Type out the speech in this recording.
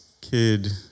kid